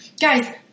Guys